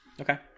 Okay